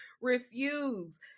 refuse